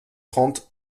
trente